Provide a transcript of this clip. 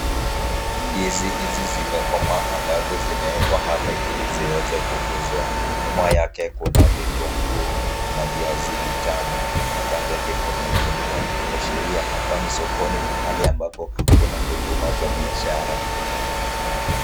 Ndizi hizi zimekomaa ambazo zinawekwa hapa ili ziweze kuuzwa. nyuma yake kuna vitunguu na viazi vitamu na kando yake kuna gunia kuashiria hapa ni sokoni pahali ambapo kuna huduma za biashara.